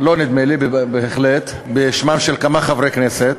לא נדמה לי, בהחלט, בשמם של כמה חברי כנסת.